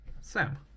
Sam